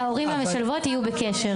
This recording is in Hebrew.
ההורים והמשלבות יהיו בקשר.)